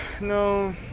no